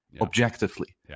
objectively